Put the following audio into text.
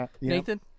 Nathan